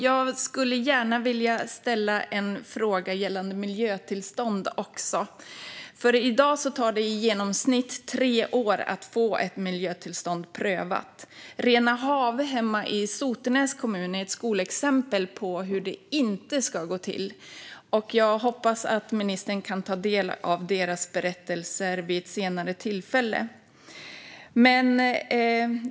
Jag skulle gärna vilja ställa en fråga gällande miljötillstånd också. I dag tar det i genomsnitt tre år att få ett miljötillstånd prövat. Renahav hemma i Sotenäs kommun är ett skolexempel på hur det inte ska gå till. Jag hoppas att ministern kan ta del av deras berättelser vid ett senare tillfälle.